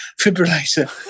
fibrillator